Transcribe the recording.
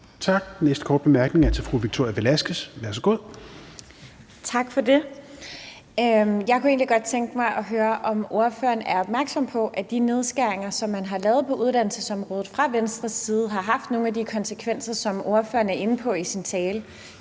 Tak. Næste korte bemærkning er til fru Victoria Velasquez. Værsgo. Kl. 21:06 Victoria Velasquez (EL): Tak for det. Jeg kunne egentlig godt tænke mig at høre, om ordføreren er opmærksom på, at de nedskæringer, som man har lavet på uddannelsesområdet fra Venstres side, har haft nogle af de konsekvenser, som ordføreren er inde på i sin tale.